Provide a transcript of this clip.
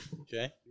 Okay